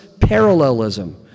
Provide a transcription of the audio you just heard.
parallelism